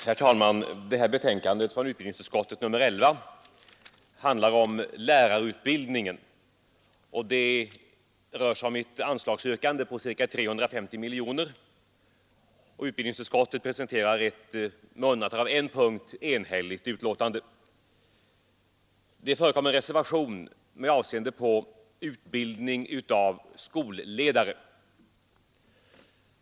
Herr talman! Detta betänkande nr 11 från utbildningsutskottet handlar om lärarutbildningen. Det rör sig om ett anslagsäskande på ca 350 miljoner. Med undantag av på en punkt presenterar utbildningsutskottet ett enhälligt betänkande. Det förekommer en reservation med avseende på utbildning av skolledare.